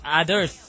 others